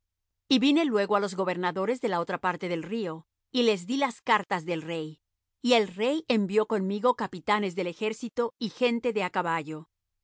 y vine luego á los gobernadores de la otra parte del río y les dí las cartas del rey y el rey envió conmigo capitanes del ejército y gente de á caballo